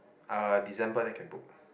uh December then can book